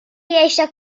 eisiau